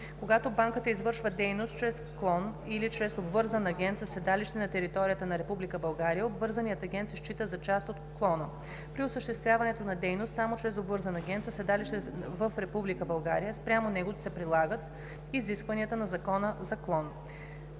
Когато банката извършва дейност чрез клон и чрез обвързан агент със седалище на територията на Република България, обвързаният агент се счита за част от клона. При осъществяването на дейност само чрез обвързан агент със седалище в Република България спрямо него се прилагат изискванията на закона за клон.“